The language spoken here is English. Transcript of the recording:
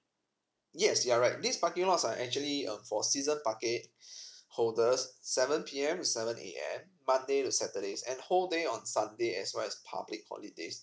yes you are right this parking lots are actually err for seasons parking holders seven P_M to seven A_M monday to saturdays and whole day on sunday as well as public holidays